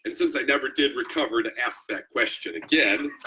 and since i never did recover to ask that question again,